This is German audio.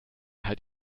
halt